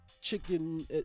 chicken